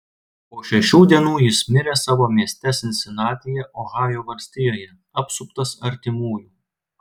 po šešių dienų jis mirė savo mieste sinsinatyje ohajo valstijoje apsuptas artimųjų